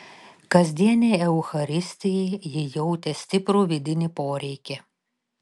kasdienei eucharistijai ji jautė stiprų vidinį poreikį